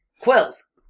Quills